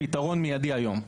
פתרון מייד היום.